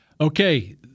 Okay